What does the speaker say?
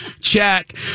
Check